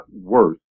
worse